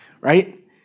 right